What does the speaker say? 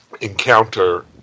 encounter